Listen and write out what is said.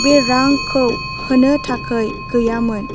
बे रांखौ होनो थाखाय गैयामोन